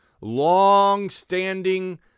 long-standing